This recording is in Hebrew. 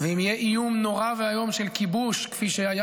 ואם יהיה איום נורא ואיום של כיבוש כפי שהיה